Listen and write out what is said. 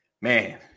man